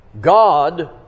God